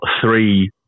three